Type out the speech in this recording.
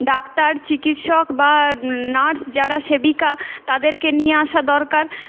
doctor চিকিৎসক বা nurse যারা সেবিকা তাদেরকে নিয়ে আসা দরকার